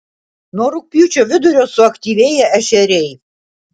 nuo rugpjūčio vidurio suaktyvėja ešeriai